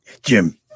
Jim